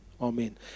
Amen